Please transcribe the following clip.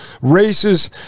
Races